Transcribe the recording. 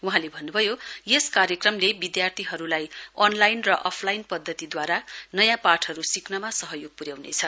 वहाँले भन्नुभयो यस कार्यक्रमले विद्यार्थीहरुलाई अनलाइन र अफलाइन पद्यतिदूवारा नयाँ पाठहरु सिक्नमा सहयोग प्र्याउनेछ